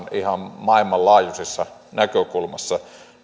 ihan maailmanlaajuisessa näkökulmassa